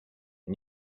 and